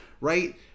Right